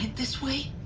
this way?